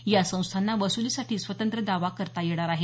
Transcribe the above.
या संस्थांना वसुलीसाठी स्वतंत्र दावा करता येणार आहे